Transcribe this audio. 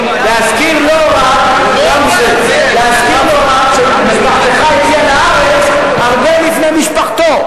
להזכיר לו רק שמשפחתך הגיעה לארץ הרבה לפני משפחתו.